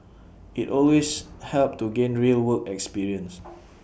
IT always helps to gain real work experience